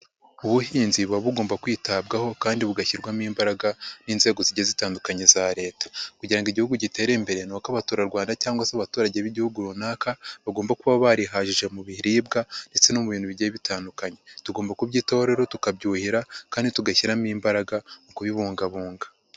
Ubuhinzi buba bugomba kwitabwaho kandi bugashyirwamo imbaraga n'inzego zigiye zitandukanye za Leta, kugira ngo Igihugu gitere imbere ni uko Abaturarwanda cyangwa se abaturage b'Igihugu runaka bagomba kuba barihagije mu biribwa ndetse no mu bintu bigiye bitandukanye, tugomba kubyitaho rero tukabyuhira kandi tugashyiramo imbaraga mu kubibungabunga.